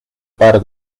par